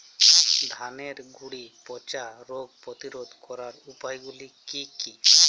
ধানের গুড়ি পচা রোগ প্রতিরোধ করার উপায়গুলি কি কি?